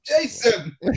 Jason